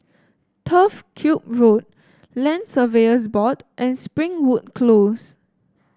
Turf Ciub Road Land Surveyors Board and Springwood Close